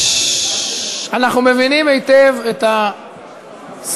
אנחנו מבינים היטב את הסערה,